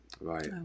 Right